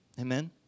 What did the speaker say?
amen